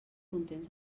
contents